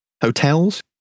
Hotels